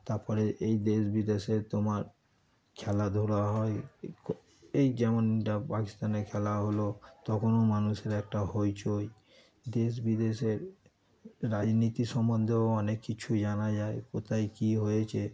তার পরে এই দেশ বিদেশের তোমার খেলাধুলা হয় এই ক এই যেমনটা পাকিস্তানে খেলা হলো তখনও মানুষের একটা হইচই দেশ বিদেশের রাজনীতি সম্বন্ধেও অনেক কিছুই জানা যায় কোথায় কী হয়েছে